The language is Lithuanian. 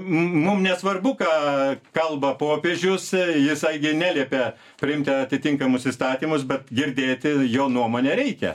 mum nesvarbu ką kalba popiežius jisai gi neliepia priimti atitinkamus įstatymus bet girdėti jo nuomonę reikia